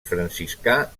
franciscà